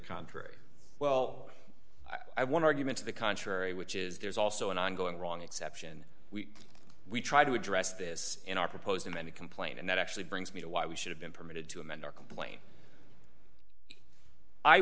contrary well i want argument to the contrary which is there's also an on going wrong exception we try to address this in our proposed amended complaint and that actually brings me to why we should have been permitted to amend our complaint i